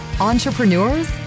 entrepreneurs